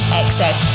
excess